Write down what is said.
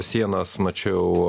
sienos mačiau